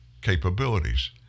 capabilities